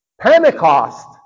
Pentecost